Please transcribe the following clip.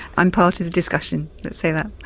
i'm part of the discussion, let's say that.